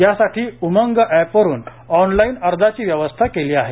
यासाठी उमंग ऍपवरून ऑनलाइन अर्जाची व्यवस्था केली आहे